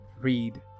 read